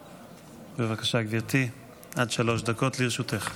בבקשה, גברתי, עד שלוש דקות לרשותך.